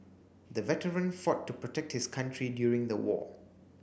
the veteran fought to protect his country during the war